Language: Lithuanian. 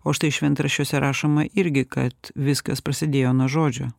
o štai šventraščiuose rašoma irgi kad viskas prasidėjo nuo žodžio